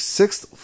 sixth